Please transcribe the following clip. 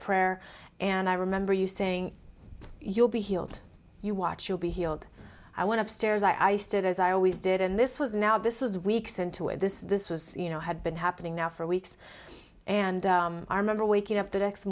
prayer and i remember you saying you'll be healed you watch you'll be healed when upstairs i stood as i always did and this was now this was weeks into it this this was you know had been happening now for weeks and i remember waking up the next